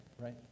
Right